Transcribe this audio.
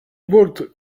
walked